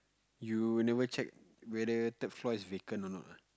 you never check whether third floor is vacant or not ah